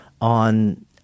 on